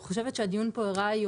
הדיון פה היום הראה,